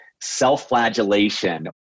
self-flagellation